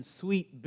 sweet